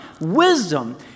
wisdom